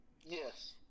Yes